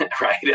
Right